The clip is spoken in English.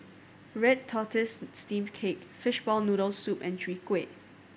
red tortoise steamed cake fishball noodles soup and Chwee Kueh